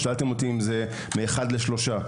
שאלתם אותי על מספרי העלייה,